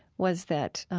was that